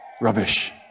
rubbish